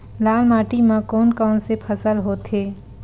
लाल माटी म कोन कौन से फसल होथे?